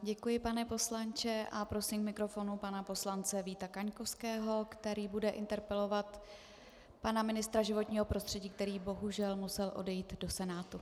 Děkuji, pane poslanče, a prosím k mikrofonu pana poslance Víta Kaňkovského, který bude interpelovat pana ministra životního prostředí, který bohužel musel odejít do Senátu.